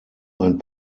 ein